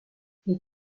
les